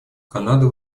канада